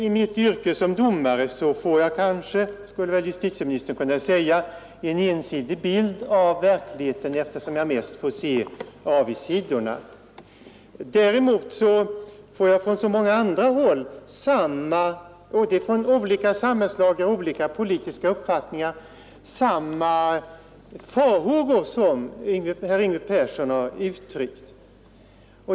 I mitt yrke som domare får jag kanske, skulle justitieministern kunna säga, en ensidig bild av verkligheten, eftersom jag mest får se avigsidorna. Men från många andra håll — både från olika samhällslager och från olika politiska meningsriktningar — får jag höra samma farhågor som de herr Yngve Persson har uttryckt.